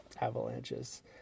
avalanches